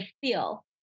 feel